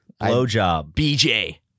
BJ